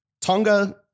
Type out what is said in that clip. Tonga